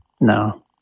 No